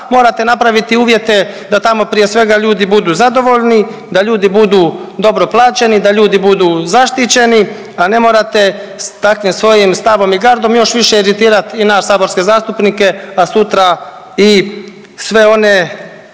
morate napraviti uvjete da tamo prije svega ljudi budu zadovoljni, da ljudi budu dobro plaćeni, da ljudi budu zaštićeni, a ne morate takvim svojim stavom i gardom još više iritirati i nas saborske zastupnike, a sutra i sve one